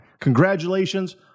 Congratulations